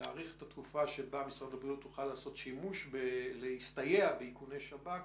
להאריך את התקופה שבה משרד הבריאות יוכל להסתייע באיכוני שב"כ